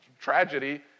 tragedy